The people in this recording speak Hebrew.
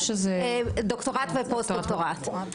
דוקטורט ופוסט דוקטורט.